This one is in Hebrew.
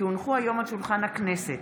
כי הונחו היום על שולחן הכנסת,